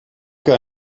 que